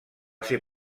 ser